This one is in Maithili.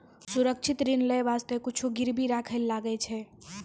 सुरक्षित ऋण लेय बासते कुछु गिरबी राखै ले लागै छै